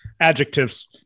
adjectives